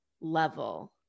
level